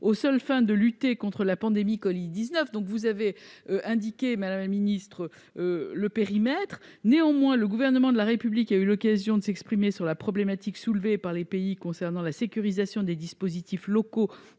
aux seules fins de lutter contre la pandémie de covid-19. Vous en avez indiqué le périmètre, madame la ministre. Néanmoins, le Gouvernement de la République a eu l'occasion de s'exprimer sur la problématique soulevée par le Pays concernant la sécurisation des dispositifs locaux